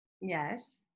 Yes